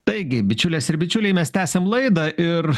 taigi bičiulės ir bičiuliai mes tęsiam laidą ir